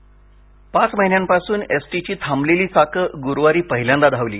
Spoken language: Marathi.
एस टी अकोला पाच महिन्यापासून एसटीची थांबलेली चाके गुरुवारी पहिल्यांदा धावली